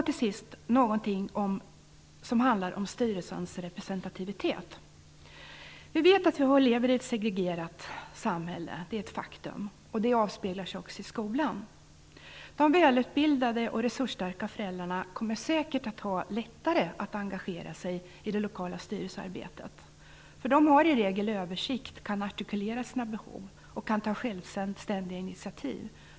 Till sist vill jag ta upp något om styrelsens representativitet. Vi vet att vi lever i ett segregerat samhälle. Det är ett faktum. Det avspeglar sig också i skolan. De välutbildade och resursstarka föräldrarna kommer säkert att ha lättare att engagera sig i det lokala styrelsearbetet, för de har i regel översikt och kan artikulera sina behov och ta självständiga initiativ.